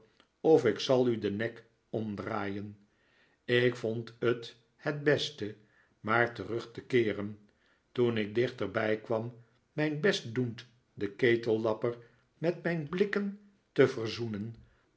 of ik zal u den nek omdraaien ik vond t het beste maar terug te keeren toen ik dichterbij kwam mijn best doend den ketellapper met mijn blikken te verzoenen